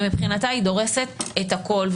ומבחינתה היא דורסת את הכול.